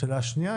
השאלה השנייה